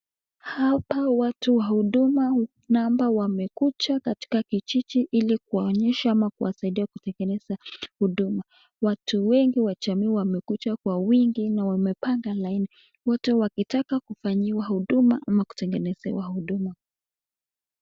Hapa watu wa huduma namba wamekuja katika kijiji hili kuwaonyesha au kuwasaidia kutengeneza huduma. Watu wengi wa jamii wamekuja kwa wingi na wamepanga laini wote wakitaka kufanyiwa huduma ama kutengenezewa huduma .